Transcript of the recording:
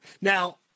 Now